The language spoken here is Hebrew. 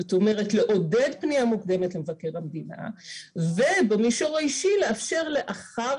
זאת אומרת לעודד פנייה מוקדמת למבקר המדינה ובמישור האישי לאפשר לאחר